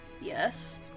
Yes